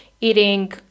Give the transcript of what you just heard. eating